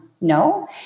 No